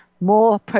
More